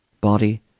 body